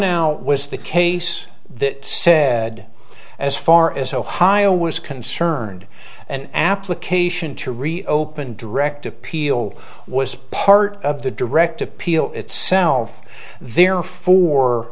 now was the case that said as far as ohio was concerned an application to reopen direct appeal was part of the direct appeal itself therefore